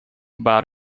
about